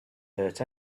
hurt